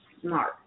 smart